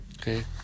okay